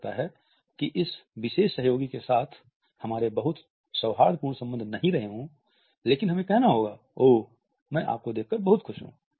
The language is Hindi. हो सकता है कि इस विशेष सहयोगी के साथ हमारे बहुत सौहार्दपूर्ण सम्बन्ध नहीं रहे हों लेकिन हमें कहना होगा ओह मैं आपको देखकर बहुत खुश हूं